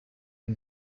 and